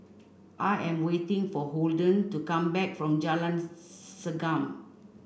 I am waiting for Holden to come back from Jalan Segam